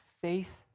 faith